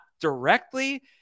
directly